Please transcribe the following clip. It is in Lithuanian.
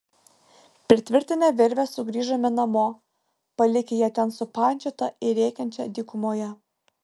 pritvirtinę virvę sugrįžome namo palikę ją ten supančiotą ir rėkiančią dykumoje